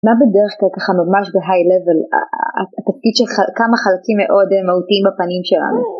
מה בדרך כלל, ככה ממש ב-high level, התפקיד של כמה חלקים מאוד מהותיים בפנים שלנו?